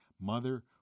mother